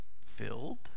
filled